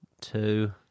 two